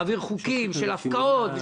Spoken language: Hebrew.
מעביר חוקים של הפקעות,